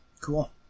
Cool